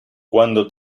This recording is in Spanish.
cuando